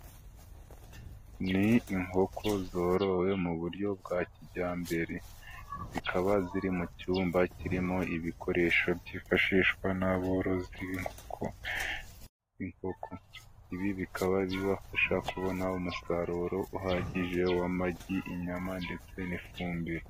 Ni inkoko zorowe mu buryo bwa kijyambere. Zikaba ziri mu cyumba kirimo ibikoresho byifashishwa n'aborozi b'inkoko, inkoko. Ibi bikaba bibafasha kubona umusaruro uhagije w'amagi inyama ndetse n'ifumbire.